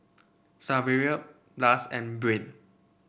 Saverio Blas and Brain